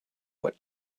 what